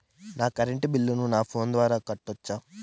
నా కరెంటు బిల్లును నా ఫోను ద్వారా కట్టొచ్చా?